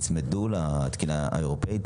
אין ספק שנצמדו לתקינה האירופאית.